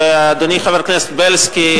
אדוני חבר הכנסת בילסקי,